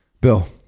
Bill